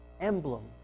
emblem